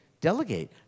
delegate